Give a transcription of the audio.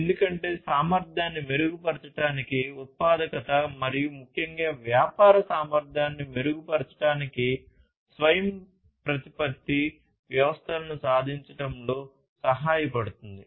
ఎందుకంటే సామర్థ్యాన్ని వ్యవస్థలను సాధించడంలో సహాయపడుతుంది